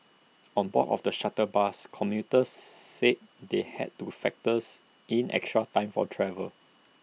on board of the shuttle bus commuters said they had to factors in extra time for travel